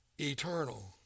eternal